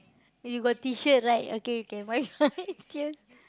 you got T-shirt right okay you can wipe tears